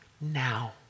now